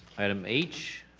item h,